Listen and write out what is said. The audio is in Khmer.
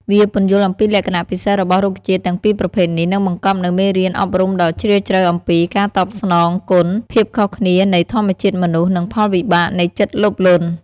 វាពន្យល់អំពីលក្ខណៈពិសេសរបស់រុក្ខជាតិទាំងពីរប្រភេទនេះ និងបង្កប់នូវមេរៀនអប់រំដ៏ជ្រាលជ្រៅអំពី ការតបស្នងគុណ ភាពខុសគ្នានៃធម្មជាតិមនុស្ស និងផលវិបាកនៃចិត្តលោភលន់។